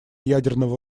ядерного